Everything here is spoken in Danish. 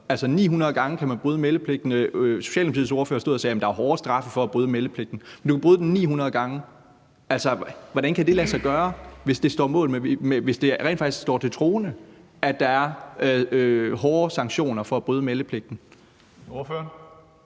900 gange kan man bryde meldepligten. Socialdemokratiets ordfører stod og sagde, at der er hårde straffe for at bryde meldepligten. Du kan bryde den 900 gange! Hvordan kan det lade sig gøre, hvis det rent faktisk står til troende, at der er hårde sanktioner for at bryde meldepligten?